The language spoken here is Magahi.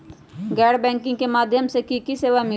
गैर बैंकिंग के माध्यम से की की सेवा मिली?